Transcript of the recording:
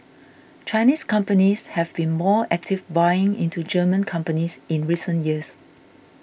Chinese companies have been more active buying into German companies in recent years